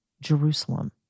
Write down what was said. Jerusalem